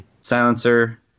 Silencer